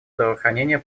здравоохранения